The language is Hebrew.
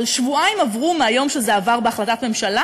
אבל שבועיים עברו מהיום שזה עבר בהחלטת ממשלה